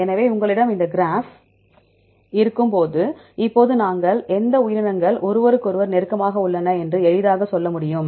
எனவே உங்களிடம் இந்த கிராஃப் இருக்கும்போது இப்போது நாங்கள் எந்த உயிரினங்கள் ஒருவருக்கொருவர் நெருக்கமாக உள்ளன என்று எளிதாக சொல்ல முடியும்